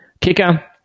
Kicker